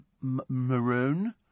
maroon